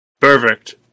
Perfect